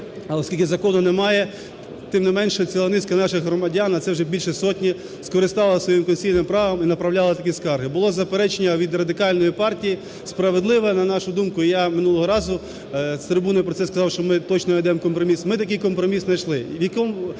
оскільки закону немає, тим не менше, ціла низка наших громадян, а це вже більше сотні, скористалася своїм конституційним правом і направляла такі скарги. Було заперечення від Радикальної партії справедливе, на нашу думку. І я минулого разу з трибуни про це сказав, що ми точно найдемо компроміс, ми такий компроміс знайшли.